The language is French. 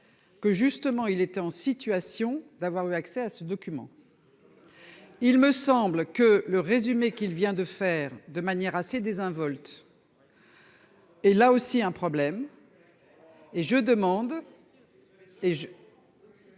Que justement il était en situation d'avoir eu accès à ce document. Il me semble que le résumé qu'il vient de faire de manière assez désinvolte. Ouais. Et là aussi un problème. Et je demande.